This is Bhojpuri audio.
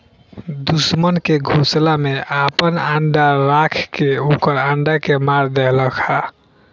दुश्मन के घोसला में आपन अंडा राख के ओकर अंडा के मार देहलखा